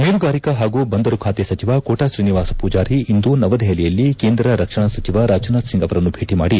ಮೀನುಗಾರಿಕಾ ಹಾಗೂ ಬಂದರು ಖಾತೆ ಸಚಿವ ಕೋಟಾ ಶ್ರೀನಿವಾಸ ಮೂಜಾರಿ ಇಂದು ನವದೆಹಲಿಯಲ್ಲಿ ಕೇಂದ್ರ ರಕ್ಷಣಾ ಸಚಿವ ರಾಜನಾಥ್ ಸಿಂಗ್ ಅವರನ್ನು ಭೇಟಿ ಮಾಡಿ ಡಾ